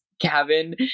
cabin